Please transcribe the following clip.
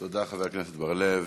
תודה, חבר הכנסת בר-לב.